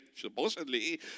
supposedly